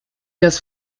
das